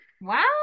Wow